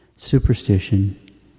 Superstition